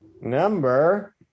number